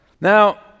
Now